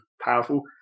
powerful